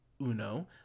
Uno